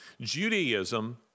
Judaism